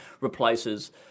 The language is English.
replaces